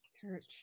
Church